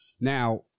Now